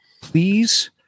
Please